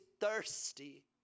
thirsty